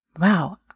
wow